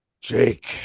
Jake